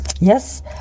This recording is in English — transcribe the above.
yes